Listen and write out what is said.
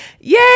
Yay